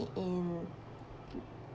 in